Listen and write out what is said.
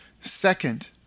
Second